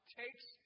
takes